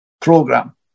program